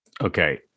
okay